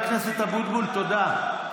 חבר הכנסת אבוטבול, תודה.